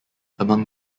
among